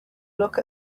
look